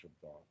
thought